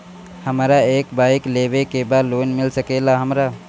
हमरा एक बाइक लेवे के बा लोन मिल सकेला हमरा?